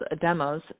demos